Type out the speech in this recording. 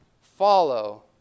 follow